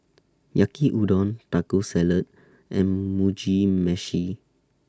Yaki Udon Taco Salad and Mugi Meshi